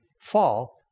fall